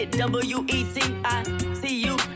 W-E-T-I-C-U